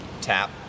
tap